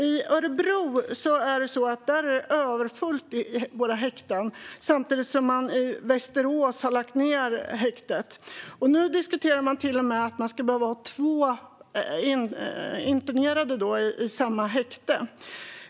I Örebro är det överfullt i häktena medan man i Västerås har lagt ned häktet. Nu diskuterar man till och med om man ska behöva ha två internerade i samma häktescell.